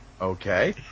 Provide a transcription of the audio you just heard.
Okay